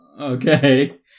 okay